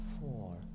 four